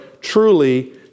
truly